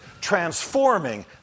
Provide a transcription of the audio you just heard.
transforming